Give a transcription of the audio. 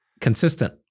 consistent